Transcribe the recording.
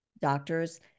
doctors